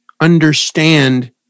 understand